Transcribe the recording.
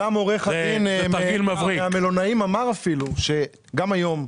גם עורך הדין של המלונאים אמר, אפילו, שגם היום,